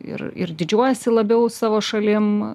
ir ir didžiuojasi labiau savo šalim